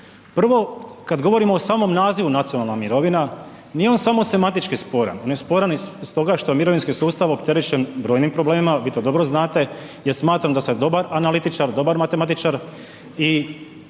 Prvo kad govorimo o samom nazivu nacionalna mirovina, nije on samo sematički sporan, on je sporan i stoga što je mirovinski sustav opterećen brojim problemima, vi to dobro znate, ja smatram da ste dobar analitičar, dobar matematičar i